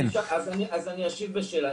אז אני אשיב בשאלה,